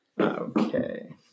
Okay